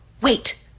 wait